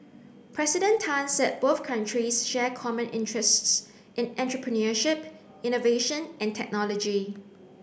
President Tan said both countries share common interests in entrepreneurship innovation and technology